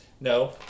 No